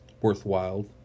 worthwhile